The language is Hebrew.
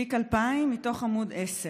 תיק 2000, מתוך עמ' 10: